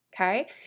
Okay